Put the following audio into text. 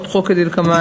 א.